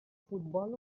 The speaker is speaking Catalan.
futbol